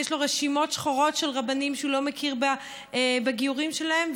יש לו רשימות שחורות של רבנים שהוא לא מכיר בגיורים שלהם,